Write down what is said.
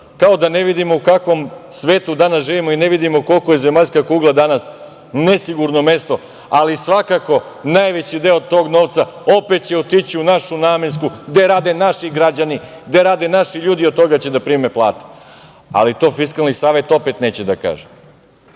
kao da ne vidimo u kakvom svetu danas živimo i ne vidimo koliko je zemaljska kugla danas nesigurno mesto, ali svakako najveći deo tog novca opet će otići u našu namensku, gde rade naši građani, gde rade naši ljudi, od toga će da prime plate, ali to Fiskalni savet opet neće da kaže. Njima